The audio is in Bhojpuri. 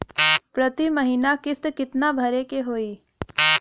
प्रति महीना किस्त कितना भरे के होई?